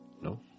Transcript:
No